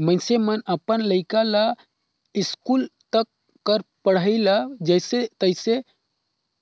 मइनसे मन अपन लइका ल इस्कूल तक कर पढ़ई ल जइसे तइसे